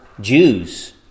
Jews